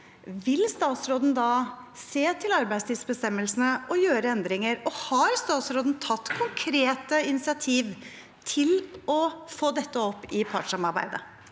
Vil statsråden da se til arbeidstidsbestemmelsene og gjøre endringer, og har statsråden tatt konkrete initiativ for å få dette opp i partssamarbeidet?